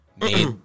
made